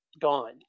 gone